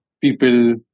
people